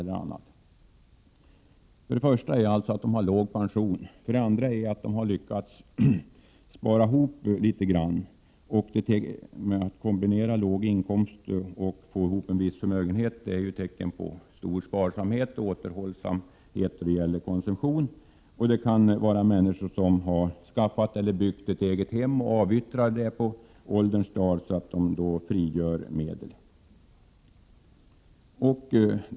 Det handlar om folkpensionärer med låg pension som har lyckats spara — Prot. 1987/88:100 ihop en del pengar. Att ha en låg inkomst och ändå få ihop en viss 14april1988 förmögenhet är tecken på stor sparsamhet och återhållsamhet då det gäller konsumtion. Det kan vara människor som har skaffat eller byggt ett eget hus och på ålderns dagar avyttrar det, så att de då frigör medel.